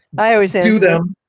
i always do them,